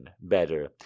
better